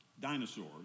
dinosaurs